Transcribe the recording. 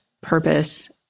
purpose